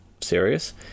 serious